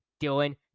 Dylan